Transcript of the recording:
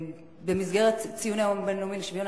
במסגרת ציון היום הבין-לאומי לשוויון